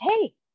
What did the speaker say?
hey